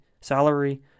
salary